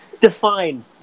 Define